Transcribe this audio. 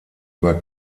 über